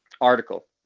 Article